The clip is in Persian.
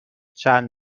چند